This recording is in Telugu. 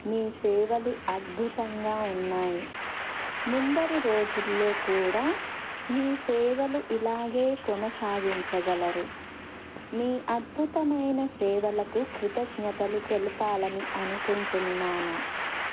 మీ సేవలు అద్భుతంగా ఉన్నాయి ముందరి రోజుల్లో కూడా మీ సేవలు ఇలాగే కొనసాగించగలరు మీ అద్భుతమైన సేవలకు కృతజ్ఞతలు తెలపాలని అనుకుంటున్నాను